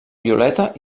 violeta